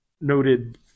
noted